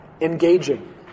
engaging